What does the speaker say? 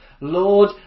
Lord